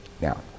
now